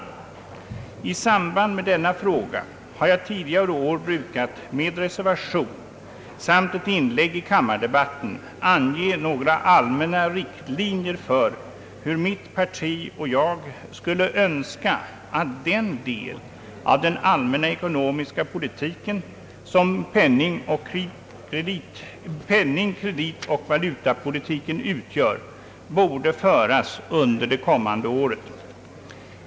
I samband med denna fråga har jag under tidigare år brukat med reservation samt med ett inlägg i kammardebatten ange några allmänna riktlinjer för hur mitt parti och jag skulle önska att den del av den allmänna ekonomiska politiken som penning-, kreditoch valutapolitiken utgör borde föras under det kommande året.